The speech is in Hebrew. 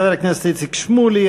חבר הכנסת איציק שמולי,